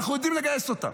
אנחנו יודעים לגייס אותם,